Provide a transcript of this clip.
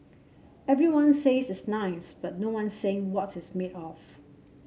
everyone says it's nice but no one's saying what it's made of